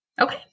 Okay